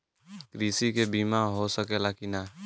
कृषि के बिमा हो सकला की ना?